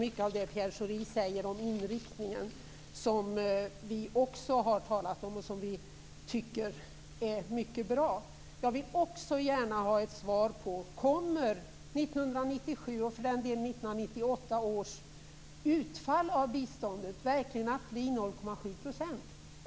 Mycket av det Pierre Schori säger om inriktningen är sådant som också vi har talat om och som vi tycker är mycket bra. Jag vill också gärna ha ett svar på frågan: Kommer 1997 års, och för den delen 1998 års, utfall av biståndet verkligen att bli 0,7 %?